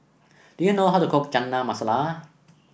do you know how to cook Chana Masala